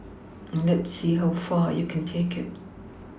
and let's see how far you can take it